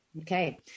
Okay